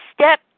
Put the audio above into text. step